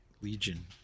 Legion